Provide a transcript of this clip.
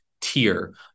tier